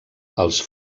els